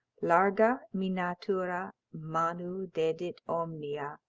larga mi natura manu dedit omnia,